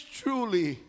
truly